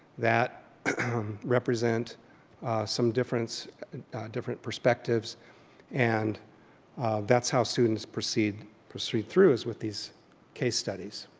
that represent some different different perspectives and that's how students proceed proceed through is with these case studies.